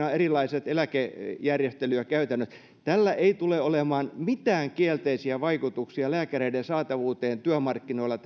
on erilaiset eläkejärjestelyt ja käytännöt tällä asialla ei tule olemaan mitään kielteisiä vaikutuksia lääkäreiden saatavuuteen työmarkkinoilla